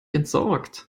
entsorgt